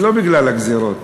לא בגלל הגזירות.